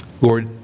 Lord